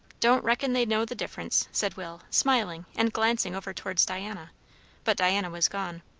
don't reckon they know the difference, said will, smiling and glancing over towards diana but diana was gone.